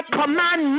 command